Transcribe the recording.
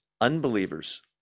unbelievers